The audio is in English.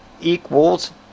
equals